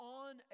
on